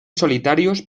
solitarios